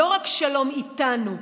לא רק שלום איתנו,